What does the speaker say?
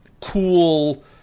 cool